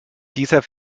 dieser